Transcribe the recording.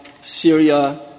Syria